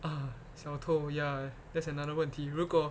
啊小偷 ya that's another 问题如果